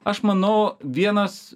aš manau vienas